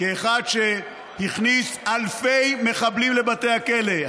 כאחד שהכניס אלפי מחבלים לבתי הכלא,